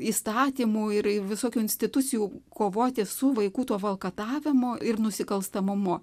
įstatymų ir visokių institucijų kovoti su vaikų tuo valkatavimu ir nusikalstamumu